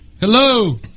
hello